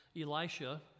Elisha